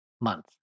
month